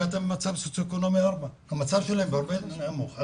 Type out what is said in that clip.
כי הם במצב סוציו-אקונומי 4. המצב שלהם הרבה יותר נמוך.